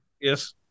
yes